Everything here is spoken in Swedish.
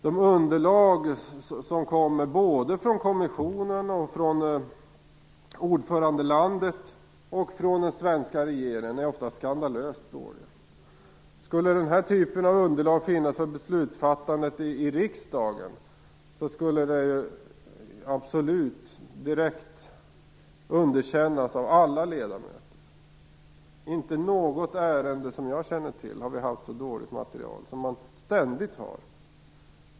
De underlag som kommer från kommissionen, från ordförandelandet och från den svenska regeringen är ofta skandalöst dåliga. Om man skulle ha denna typ av underlag för beslutsfattandet i riksdagen skulle det absolut underkännas av alla ledamöter direkt. Riksdagen har inte i något ärende som jag känner haft ett så dåligt material som EU-nämnden ständigt har.